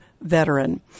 veteran